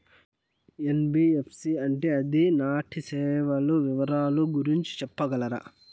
NBFC అంటే అది వాటి సేవలు వివరాలు గురించి సెప్పగలరా?